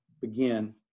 begin